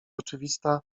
oczywista